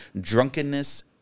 drunkenness